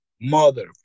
mother